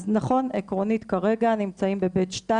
אז נכון, עקרונית כרגע הם נמצאים ב-ב/2,